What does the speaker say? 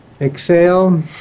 Exhale